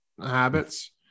habits